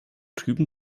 drüben